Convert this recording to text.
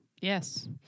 Yes